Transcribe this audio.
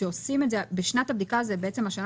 כשעושים את זה בשנת הבדיקה זה בעצם השנה